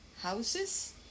houses